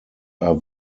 are